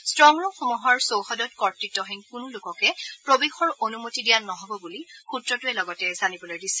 ষ্ট্ৰংৰুমসমূহৰ চৌহদত কৰ্তৃত্হীন কোনো লোককে প্ৰবেশৰ অনুমতি দিয়া নহব বুলি সূত্ৰটোৱে লগতে জানিবলৈ দিছে